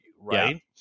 Right